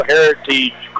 Heritage